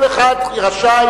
כל אחד רשאי,